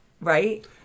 Right